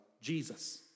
Jesus